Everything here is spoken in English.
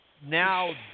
now